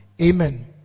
Amen